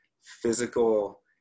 physical